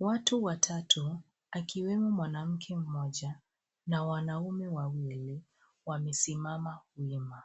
Watu watatu akiwemo mwanamke mmoja na wanaume wawili wamesimama wima.